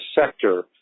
sector